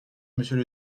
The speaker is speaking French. monsieur